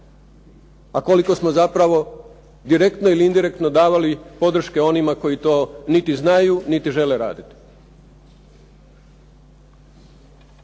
a koliko smo zapravo direktno ili indirektno davali podrške onima koji to niti znaju niti žele raditi?